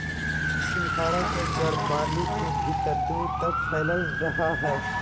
सिंघाड़ा के जड़ पानी के भीतर दूर तक फैलल रहा हइ